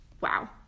Wow